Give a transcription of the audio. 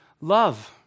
love